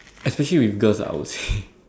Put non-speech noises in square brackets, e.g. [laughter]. especially with girls ah I would say [breath]